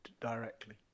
directly